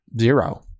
zero